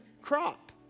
crop